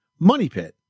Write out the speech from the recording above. MONEYPIT